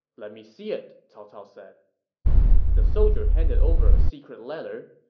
let me see it, cao cao said the soldier handed over a secret letter.